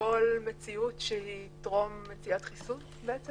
כל מציאות שהיא טרום מציאת חיסון?